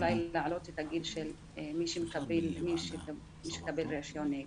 אולי להעלות את הגיל של מי שמקבל רישיון נהיגה.